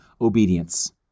obedience